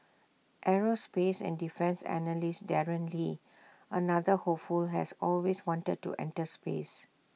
aerospace and defence analyst Darren lee another hopeful has always wanted to enter space